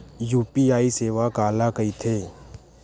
UPI सेवा काला कइथे?